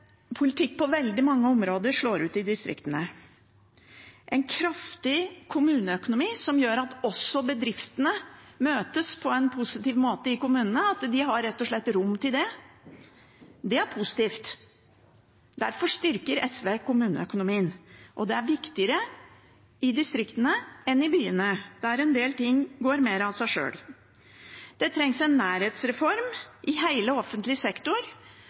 politikk på veldig mange områder slår ut i distriktene. En kraftig kommuneøkonomi som gjør at bedriftene møtes på en positiv måte i kommunene, og at de rett og slett har rom til det, er positivt. Derfor styrker SV kommuneøkonomien. Det er viktigere i distriktene enn i byene, der en del ting går mer av seg sjøl. Det trengs en nærhetsreform i hele offentlig sektor.